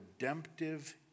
redemptive